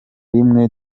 rimwe